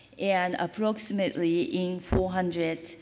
and approximately in four hundred